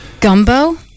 Gumbo